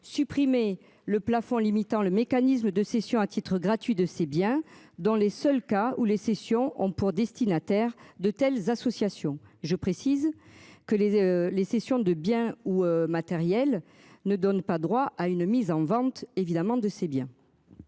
supprimer le plafond limitant le mécanisme de cession à titre gratuit de c'est bien dans les seuls cas où les sessions ont pour destinataire de telles associations. Je précise que les les cessions de biens ou matériel ne donne pas droit à une mise en vente évidemment de ses biens.